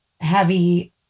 heavy